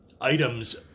items